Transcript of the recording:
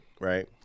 right